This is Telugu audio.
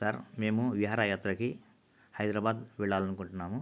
సార్ మేము విహారయాత్రకి హైద్రాబాద్ వెళ్ళాలనుకుంటున్నాము